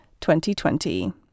2020